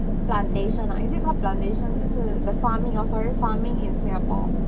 plantation ah is it called plantations 不是 the farming oh sorry farming in singapore